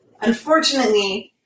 Unfortunately